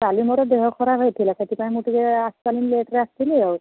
କାଲି ମୋର ଦେହ ଖରାପ ହୋଇଥିଲା ସେଥିପାଇଁ ମୁଁ ଟିକିଏ ଆସିପାରିଲିନି ଲେଟ୍ରେ ଆସିଥିଲି ଆଉ